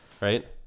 right